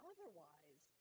Otherwise